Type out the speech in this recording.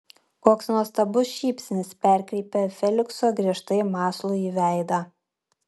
koks nuostabus šypsnys perkreipia felikso griežtai mąslųjį veidą